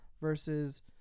versus